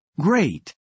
Great